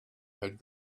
had